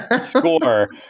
score